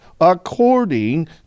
according